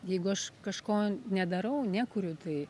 jeigu aš kažko nedarau nekuriu tai